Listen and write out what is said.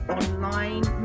online